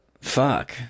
Fuck